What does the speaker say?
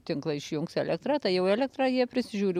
tinklai išjungs elektrą tai jau elektrą jie prisižiūri